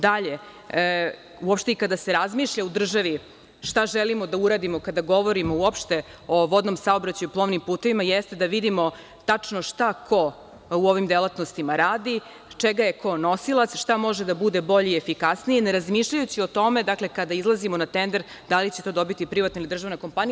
Dalje, uopšte i kada se razmišlja u državi šta želimo da uradimo kada govorimo uopšte o vodnom saobraćaju i plovnim putevima, jeste da vidimo tačno šta ko u ovim delatnostima radi, čega je ko nosilac, šta može da bude bolje i efikasnije, ne razmišljajući o tome kada izlazimo na tender da li će to dobiti privatna ili državna kompanija.